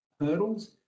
hurdles